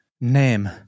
name